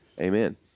Amen